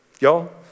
Y'all